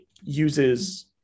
uses